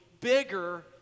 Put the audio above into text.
bigger